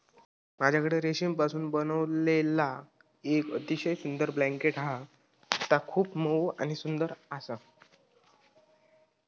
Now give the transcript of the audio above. माझ्याकडे रेशीमपासून बनविलेला येक अतिशय सुंदर ब्लँकेट हा ता खूप मऊ आणि सुंदर आसा